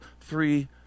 three